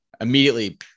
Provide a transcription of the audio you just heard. immediately